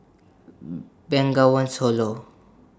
Bengawan Solo